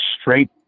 straight